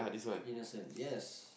innocent yes